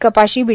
कपाशी बी